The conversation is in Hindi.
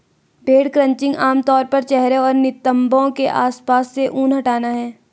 भेड़ क्रचिंग आम तौर पर चेहरे और नितंबों के आसपास से ऊन हटाना है